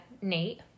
Nate